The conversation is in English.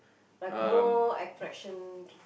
like more attraction